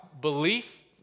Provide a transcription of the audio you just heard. belief